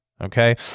okay